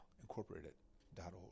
Incorporated.org